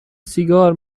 سیگار